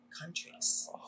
countries